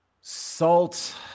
Salt